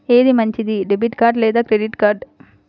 ఏది మంచిది, debit card లేదా క్రెడిట్ కార్డ్?